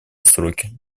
сроки